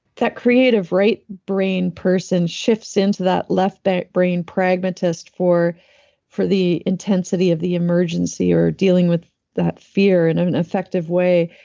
that creative right brain person shifts into that left brain pragmatist for for the intensity of the emergency or dealing with that fear in an effective way,